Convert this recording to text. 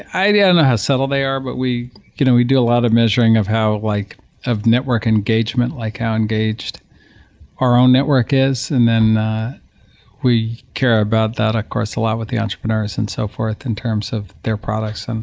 i don't ah know how subtle they are, but we you know we do a lot of measuring of how like of network engagement, like how engaged our own network is. and then we care about that, of course a lot with the entrepreneurs and so forth in terms of their products. and